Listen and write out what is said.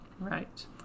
right